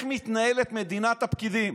איך מתנהלת מדינת הפקידים.